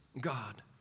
God